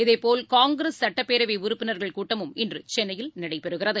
இதேபோல் காங்கிரஸ் சட்டப்பேரவைஉறுப்பினா்கள் கூட்டமும் இன்றுசென்னையில் நடைபெறுகிறது